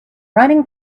running